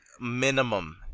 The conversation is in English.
minimum